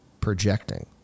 projecting